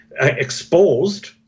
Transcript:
exposed